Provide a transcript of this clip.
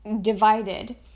divided